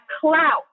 clout